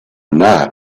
not